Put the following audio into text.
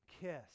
kiss